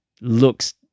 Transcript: Looks